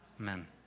Amen